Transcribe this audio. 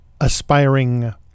aspiring